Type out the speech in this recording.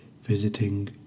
Visiting